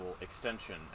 extension